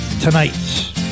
tonight